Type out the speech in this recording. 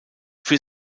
für